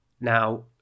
Now